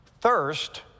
Thirst